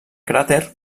cràter